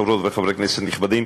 חברות וחברי כנסת נכבדים,